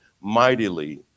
mightily